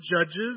Judges